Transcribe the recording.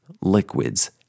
liquids